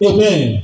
Amen